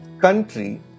country